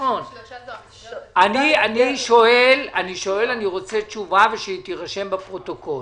אני שואל, אני רוצה תשובה ושהיא תירשם בפרוטוקול.